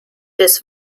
des